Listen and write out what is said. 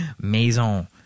Maison